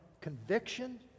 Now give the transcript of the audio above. conviction